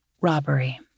Robbery